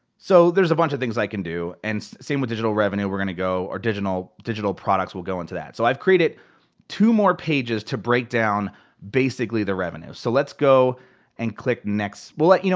so, there's a bunch of things i can do. and same with digital revenue, we're gonna go, or digital digital products, we'll go into that. so i've created two more pages to break down basically the revenue. so let's go and click next. well like you